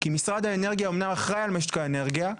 כי משרד האנרגיה אומנם אחראי על משק האנרגיה,